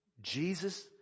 Jesus